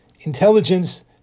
intelligence